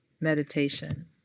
meditation